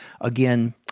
again